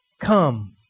come